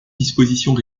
dispositions